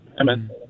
Amen